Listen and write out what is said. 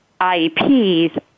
IEPs